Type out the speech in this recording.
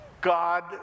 God